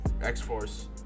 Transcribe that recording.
X-Force